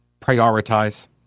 Prioritize